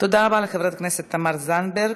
רבה לחברת הכנסת תמר זנדברג.